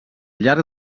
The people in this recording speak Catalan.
llarg